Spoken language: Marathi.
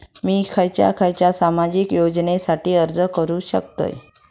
मी खयच्या खयच्या सामाजिक योजनेसाठी अर्ज करू शकतय?